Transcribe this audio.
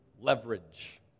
leverage